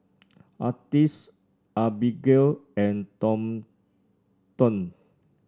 Artis Abigale and Thornton